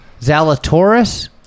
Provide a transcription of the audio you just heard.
Zalatoris